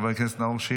חבר הכנסת עידן רול,